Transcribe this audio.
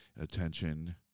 attention